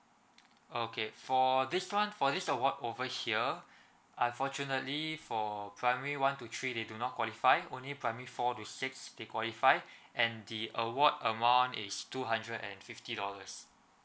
okay for this one for this award over here unfortunately for primary one to three they do not qualify only primary four to six they qualify and the award amount is two hundred and fifty dollars